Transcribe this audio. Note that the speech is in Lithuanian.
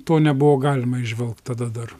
to nebuvo galima įžvelgt tada dar